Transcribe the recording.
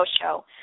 show